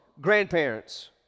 grandparents